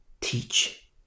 teach